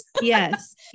Yes